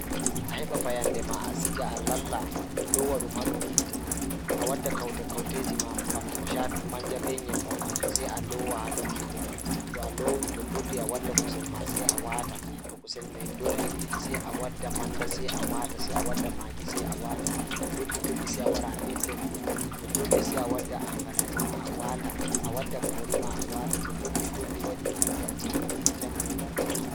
Ɗum waɗa supu ɗiɗɗo, njahɗu waɗaɗo ndiyam e ngaddam. Poɗɗi waɗaɗo oila rewtiɗo e puccu ngam rewɓe waɗata coɓtaade. Njahaɗo bihinje kala rewɓe waɗata rewɓe njiyata ngal rewɓe haɗe ngal rewɓe haɗe ngal. Haɗɗo mbuuki rewɓe haɗi ngal rewɓe